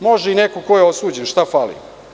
Može i neko ko je osuđen, šta fali.